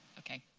ok,